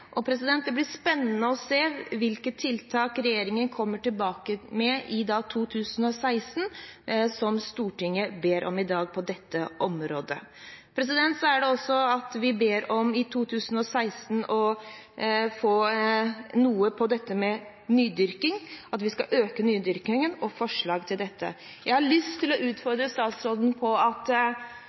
Det blir spennende å se hvilke tiltak regjeringen kommer tilbake med i 2016, som Stortinget ber om i dag, på dette området. Vi ber om i 2016 å få noe på dette med nydyrking, at vi skal øke nydyrkingen, og forslag til dette. Jeg har lyst til å utfordre statsråden på at